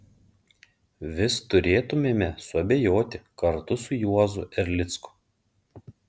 vis turėtumėme suabejoti kartu su juozu erlicku